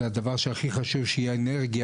והדבר שהכי חשוב הוא שתהיה אנרגיה